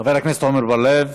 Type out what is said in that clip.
חברי הכנסת עמר בר-לב,